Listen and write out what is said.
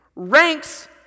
ranks